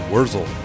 Wurzel